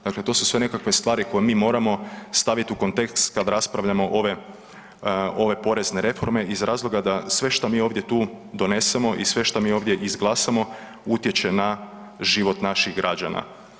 Dakle to su sve nekakve stvari koje mi moramo staviti u kontekst kada raspravljamo ove porezne reforme iz razloga da sve što mi ovdje tu donesemo i sve što mi ovdje izglasamo utječe na život naših građana.